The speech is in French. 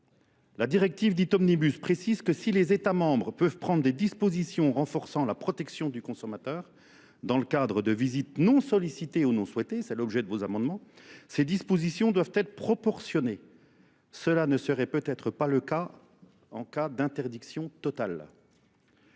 La directive dit Omnibus précise que si les États membres peuvent prendre des dispositions renforçant la protection du consommateur dans le cadre de visites non sollicitées ou non souhaitées, c'est l'objet de vos amendements, ces dispositions doivent être proportionnées. Cela ne serait peut-être pas le cas en cas d'interdiction totale.